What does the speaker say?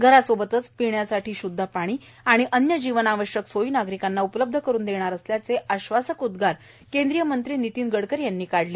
घरासोवतच पिण्याचं शुब्द पाणी आणि अन्य जीवनावश्यक सोयी नागरिकांना उपलब्ध करून देणार असल्याचं आश्वासक उदुगार केंदीय मंत्री नितीन गडकरी यांनी काढले